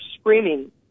screaming